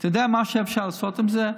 אתה יודע מה אפשר לעשות עם זה?